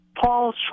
Paul